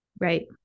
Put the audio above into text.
Right